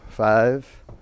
Five